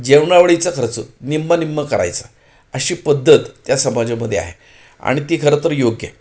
जेवणावळीचा खर्च निम्मं निम्मं करायचा अशी पद्धत त्या समाजामध्ये आहे आणि ती खरं तर योग्य आहे